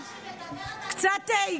מדובר באוסף של גזרות בתקופה קשה ביותר.